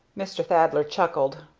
mr. thaddler chuckled.